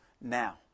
now